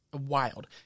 wild